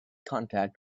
contact